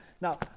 Now